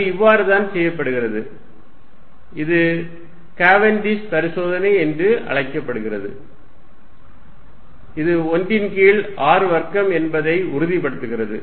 அது இவ்வாறுதான் செய்யப்படுகிறது இது கேவென்டிஷ் பரிசோதனை என்று அழைக்கப்படுகிறது இது 1 ன் கீழ் r வர்க்கம் என்பதை உறுதிப்படுத்துகிறது